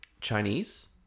Chinese